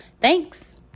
Thanks